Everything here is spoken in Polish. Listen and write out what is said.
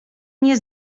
nie